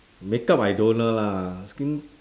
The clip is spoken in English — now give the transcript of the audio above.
make up I don't [one] lah skin